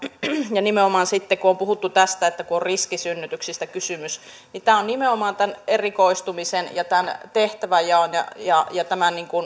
nimenomaan sitten kun on puhuttu tästä että kun on riskisynnytyksistä kysymys niin nimenomaan tämän erikoistumisen ja tämän tehtäväjaon ja ja tämän